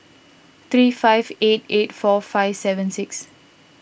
three five eight eight four five seven six